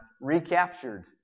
recaptured